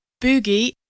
boogie